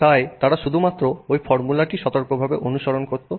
তাই তারা শুধুমাত্র ওই ফর্মুলাটি সতর্কভাবে অনুসরণ করতো